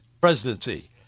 presidency